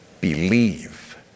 Believe